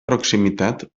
proximitat